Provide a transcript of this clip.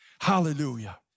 Hallelujah